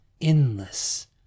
endless